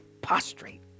prostrate